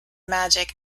magic